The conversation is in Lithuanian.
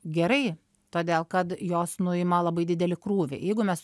gerai todėl kad jos nuima labai didelį krūvį jeigu mes